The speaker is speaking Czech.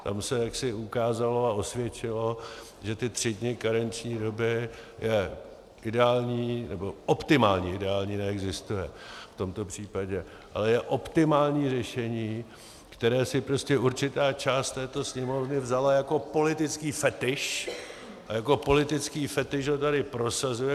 Tam se jaksi ukázalo a osvědčilo, že ty 3 dny karenční doby je ideální, nebo optimální, ideální neexistuje v tomto případě, ale je optimální řešení, které si prostě určitá část této Sněmovny vzala jako politický fetiš, a jako politický fetiš ho tady prosazuje.